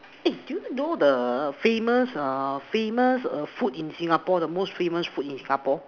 eh do you know the famous err famous err food in Singapore the most famous food in Singapore